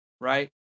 right